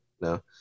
No